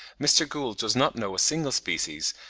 mr. gould does not know a single species,